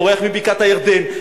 בורח מבקעת-הירדן,